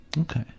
Okay